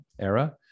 era